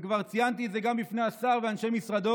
וכבר ציינתי את זה גם בפני השר ובפני אנשי משרדו,